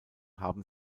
haben